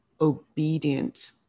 obedient